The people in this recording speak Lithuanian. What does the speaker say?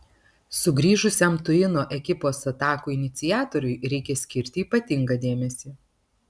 sugrįžusiam tuino ekipos atakų iniciatoriui reikia skirti ypatingą dėmesį